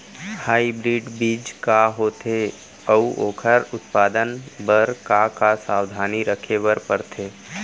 Hybrid बीज का होथे अऊ ओखर उत्पादन बर का का सावधानी रखे बर परथे?